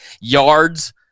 Yards